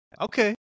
okay